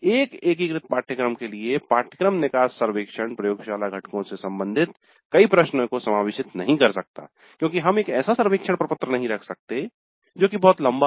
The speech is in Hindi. एक एकीकृत पाठ्यक्रम के लिए पाठ्यक्रम निकास सर्वेक्षण प्रयोगशाला घटकों से सम्बंधित कई प्रश्नों को समावेशित नहीं कर सकता है क्योंकि हम एक ऐसा सर्वेक्षण प्रपत्र नहीं रख सकते जो की बहुत लंबा हो